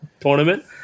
tournament